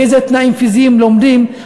באיזה תנאים פיזיים לומדים,